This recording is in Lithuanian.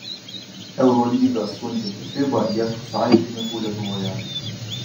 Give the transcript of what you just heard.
eurolygą skundžianti fiba ieško sąjungininkų lietuvoje